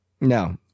No